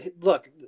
look